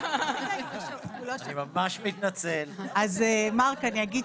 אני אגיד